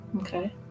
Okay